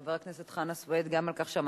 חבר הכנסת חנא סוייד,